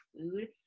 food